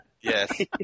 Yes